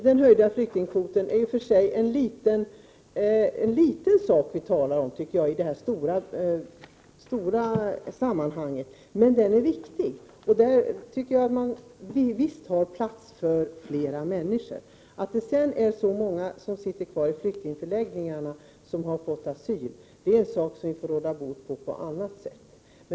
Den höjda flyktingkvoten är en liten fråga i det stora sammanhanget, men den är viktig. Vi har visst plats för fler flyktingar! Att så många som har fått asylsitter kvar i flyktingförläggningar är något som vi får råda bot på på annat sätt.